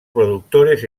productores